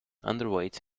underweight